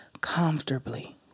comfortably